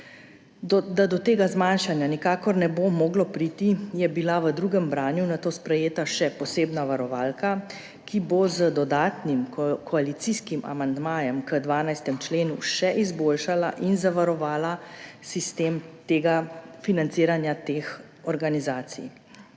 Da do tega zmanjšanja nikakor ne bo moglo priti, je bila v drugem branju nato sprejeta še posebna varovalka, ki bo z dodatnim koalicijskim amandmajem k 12. členu še izboljšala in zavarovala sistem financiranja teh organizacij.